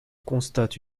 constate